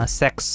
sex